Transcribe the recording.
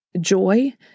joy